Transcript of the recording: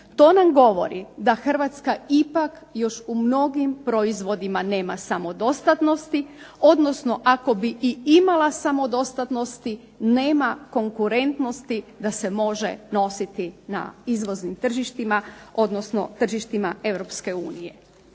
To nam govori da Hrvatska ipak još u mnogim proizvodima nema samodostatnosti, odnosno ako bi imala samodostatnosti nema konkurentnosti da se može nositi na tržištima Europske unije.